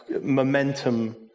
momentum